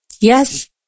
yes